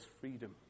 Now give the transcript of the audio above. freedom